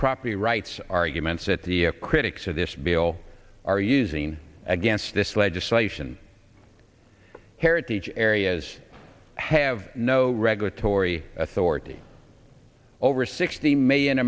property rights arguments that the critics of this bill are using against this legislation heritage areas have no regulatory authority over sixty million